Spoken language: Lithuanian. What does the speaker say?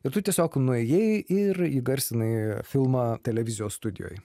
ir tu tiesiog nuėjai ir įgarsinai filmą televizijos studijoj